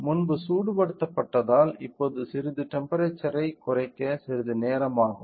முன்பு சூடுபடுத்தப்பட்டதால் இப்போது சிறிது டெம்ப்பெரேச்சர்யைக் குறைக்க சிறிது நேரம் ஆகும்